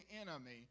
enemy